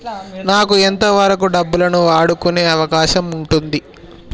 నాకు ఎంత వరకు డబ్బులను వాడుకునే అవకాశం ఉంటది?